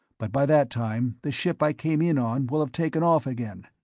but by that time the ship i came in on will have taken off again.